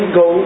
go